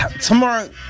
Tomorrow